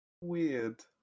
Weird